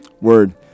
Word